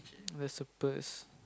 there's a purse